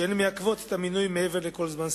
המעכבות את המינוי מעבר לכל זמן סביר.